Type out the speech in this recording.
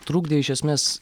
trukdė iš esmės